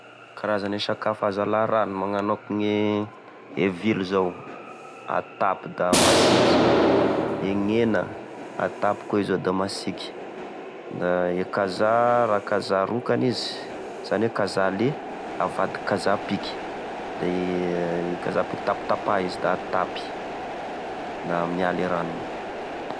E karaza gne sakafo azo ala rano, magnano akone vily zao, atapy da masiky, e gn'hena atapy ko zao da matsiky, e kazaha, raha kazaha rokany izy, izany oe kazaha le, avadika kazaha piky, de kazaha piky tapatapa izy da atapy, na miala e ranony.